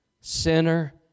sinner